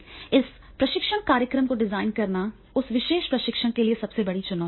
इस प्रशिक्षण कार्यक्रम को डिजाइन करना उस विशेष प्रशिक्षक के लिए सबसे बड़ी चुनौती है